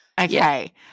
okay